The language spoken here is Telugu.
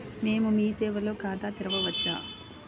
మేము మీ సేవలో ఖాతా తెరవవచ్చా?